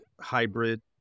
hybrid